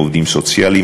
עובדים סוציאליים,